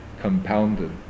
compounded